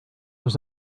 was